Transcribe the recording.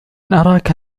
أراك